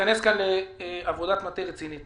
להיכנס כאן לעבודת מטה רצינית